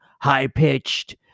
high-pitched